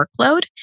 workload